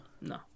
No